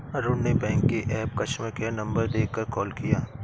अरुण ने बैंक के app customer care number देखकर कॉल किया